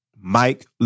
Mike